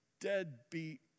deadbeat